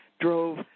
drove